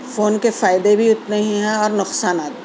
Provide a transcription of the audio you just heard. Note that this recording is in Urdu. فون کے فائدے بھی اتنے ہی ہیں اور نقصان بھی